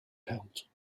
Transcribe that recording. pelt